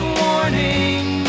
warning